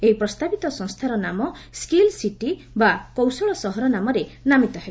ଏହି ପ୍ରସ୍ତାବିତ ସଂସ୍ଥାର ନାମ ସ୍କିଲ୍ ସିଟି ବା 'କୌଶଳ ସହର' ନାମରେ ନାମିତ ହେବ